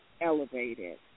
elevated